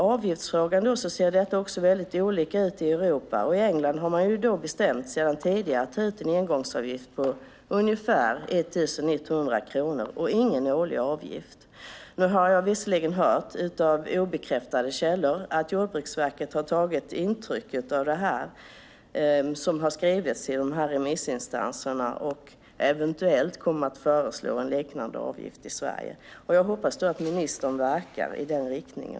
Avgiften ser olika ut i Europa. I England har man tidigare bestämt att ta ut en engångsavgift på ungefär 1 100 kronor och ingen årlig avgift. Jag har nu fått obekräftade uppgifter om att Jordbruksverket har tagit intryck av det som har skrivits av remissinstanserna och att man eventuellt kommer att föreslå en liknande avgift i Sverige. Jag hoppas att ministern verkar i den riktningen.